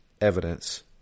evidence